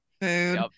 food